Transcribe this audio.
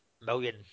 million